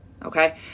Okay